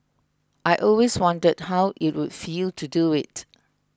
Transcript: I always wondered how it would feel to do it